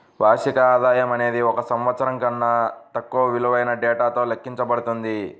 వార్షిక ఆదాయం అనేది ఒక సంవత్సరం కన్నా తక్కువ విలువైన డేటాతో లెక్కించబడుతుంది